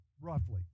roughly